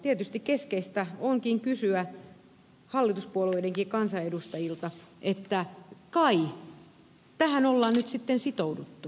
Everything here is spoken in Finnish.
tietysti keskeistä onkin kysyä hallituspuolueidenkin kansanedustajilta että kai tähän on nyt sitten sitouduttu